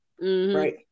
right